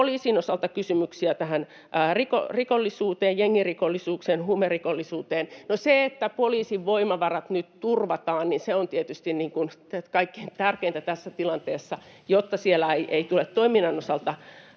poliisin osalta kysymyksiä tästä rikollisuudesta, jengirikollisuudesta, huumerikollisuudesta. No, se, että poliisin voimavarat nyt turvataan, on tietysti kaikkein tärkeintä tässä tilanteessa, jotta siellä ei tule toiminnan osalta